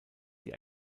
die